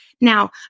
Now